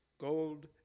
gold